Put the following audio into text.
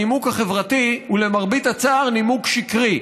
הנימוק החברתי הוא למרבה הצער נימוק שקרי.